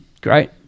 great